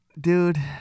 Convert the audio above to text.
Dude